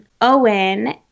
Owen